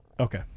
Okay